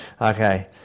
Okay